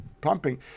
Pumping